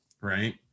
right